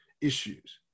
issues